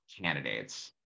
candidates